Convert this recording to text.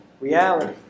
reality